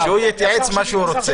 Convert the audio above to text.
שהוא יתייעץ עם מה שהוא רוצה.